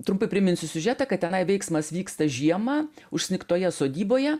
trumpai priminsiu siužetą kad tenai veiksmas vyksta žiemą užsnigtoje sodyboje